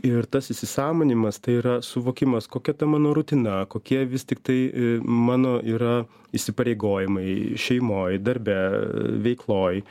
ir tas įsisąmoninimas tai yra suvokimas kokia ta mano rutina kokie vis tiktai mano yra įsipareigojimai šeimoj darbe veikloj